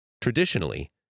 Traditionally